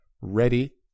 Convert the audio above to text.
Ready